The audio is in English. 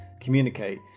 communicate